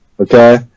Okay